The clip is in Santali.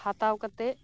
ᱦᱟᱛᱟᱣ ᱠᱟᱛᱮᱫ